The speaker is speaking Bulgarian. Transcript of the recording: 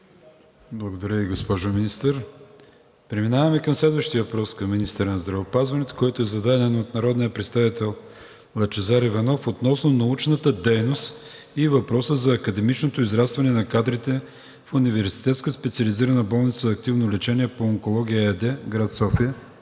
Благодаря Ви, госпожо Министър. Преминаваме към следващия въпрос към министъра на здравеопазването, който е зададен от народния представител Лъчезар Иванов, относно научната дейност и въпроса за академичното израстване на кадрите в Университетска специализирана болница „Активно лечение по онкология“ ЕАД, град София.